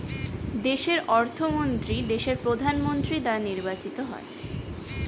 দেশের অর্থমন্ত্রী দেশের প্রধানমন্ত্রী দ্বারা নির্বাচিত হয়